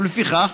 לפיכך,